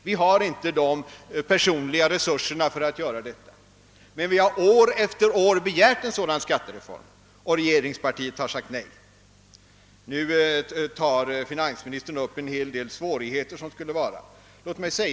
Vi har inte de personella resurserna för att göra det. Men vi har år efter år begärt en sådan skattereform, och regeringspartiet har sagt nej. Nu tar finansministern upp en del av de svårigheter som är förknippade med en sådan skattereform.